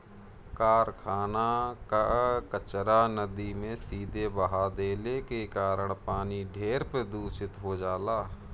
कारखाना कअ कचरा नदी में सीधे बहा देले के कारण पानी ढेर प्रदूषित हो जाला